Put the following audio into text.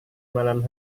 malam